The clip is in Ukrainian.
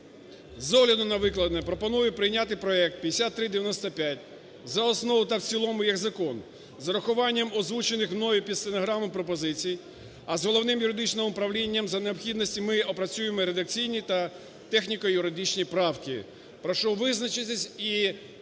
З огляду на викладене, пропоную прийняти проект 5395 за основу та в цілому як закон з урахуванням озвучених мною під стенограму пропозицій, а з Головним юридичним управлінням за необхідності ми опрацюємо редакційні та техніко-юридичні правки. Прошу визначитися і